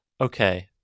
Okay